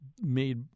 made